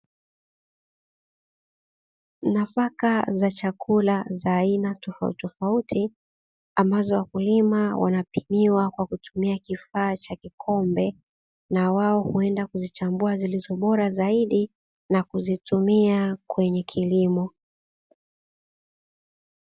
Nafaka za chakula za aina tofauti tofauti, ambazo wakulima wanapimiwa kwa kutumia kifaa cha kikombe, na wao huenda kuzichambua zilizo bora zaidi na kuzitumia kwenye kilimo.